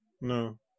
No